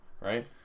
right